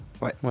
Ouais